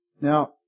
Now